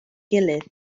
gilydd